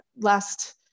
last